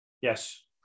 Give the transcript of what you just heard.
yes